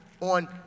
on